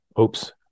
oops